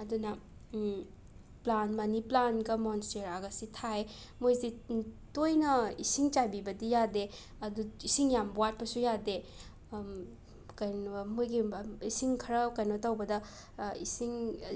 ꯑꯗꯨꯅ ꯄ꯭ꯂꯥꯟ ꯃꯅꯤ ꯄ꯭ꯂꯥꯟꯒ ꯃꯣꯟꯁꯇꯦꯔꯥꯒꯁꯤ ꯊꯥꯏ ꯃꯣꯏꯁꯦ ꯇꯣꯏꯅ ꯏꯁꯤꯡ ꯆꯥꯏꯕꯤꯕꯗꯤ ꯌꯥꯗꯦ ꯑꯗꯨ ꯏꯁꯤꯡ ꯌꯥꯝ ꯋꯥꯠꯄꯁꯨ ꯌꯥꯗꯦ ꯀꯩꯅꯣ ꯃꯣꯏꯒꯤ ꯏꯁꯤꯡ ꯈꯔ ꯀꯩꯅꯣ ꯇꯧꯕꯗ ꯏꯁꯤꯡ